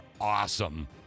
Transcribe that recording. awesome